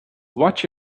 watch